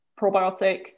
probiotic